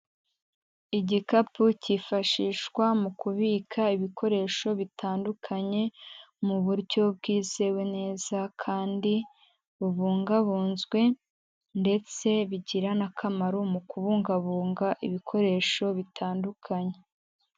Igikapu cyifashishwa mu kubika ibikoresho bitandukanye, mu buryo bwizewe neza kandi bubungabunzwe ndetse bigira n'akamaro mu kubungabunga ibikoresho bitandukanye.